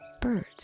Birds